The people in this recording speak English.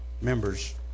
members